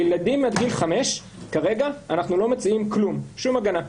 לילדים עד גיל חמש אנחנו לא מציעים שום הגנה כרגע,